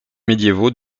médiévaux